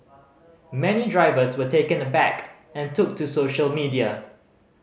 many drivers were taken aback and took to social media